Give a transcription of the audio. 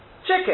chicken